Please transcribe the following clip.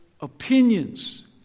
opinions